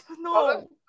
No